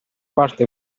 parte